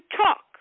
talk